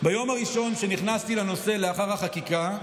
ביום הראשון שנכנסתי לנושא לאחר החקיקה,